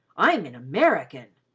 i'm an american!